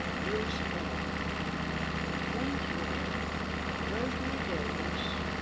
bruce barn front row rosemary davis,